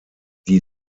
die